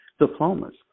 diplomas